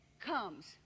comes